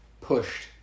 pushed